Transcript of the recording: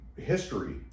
history